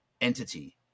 entity